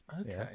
Okay